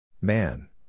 Man